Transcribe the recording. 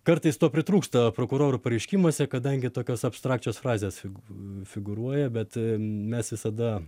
kartais to pritrūksta prokurorų pareiškimuose kadangi tokios abstrakčios frazės fig figūruoja bet mes visada